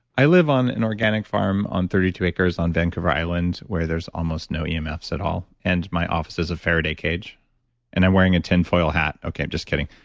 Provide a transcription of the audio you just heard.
i live on an organic farm on thirty two acres on vancouver island where there's almost no yeah emfs at all and my office is faraday cage and i'm wearing a tinfoil hat. okay, i'm just kidding.